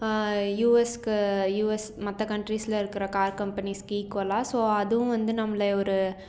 யூஎஸ்க்கு US மற்ற கன்ட்ரிஸில் இருக்கிற கார் கம்பெனிஸுக்கு ஈக்வலாக ஸோ அதுவும் வந்து நம்மளை ஒரு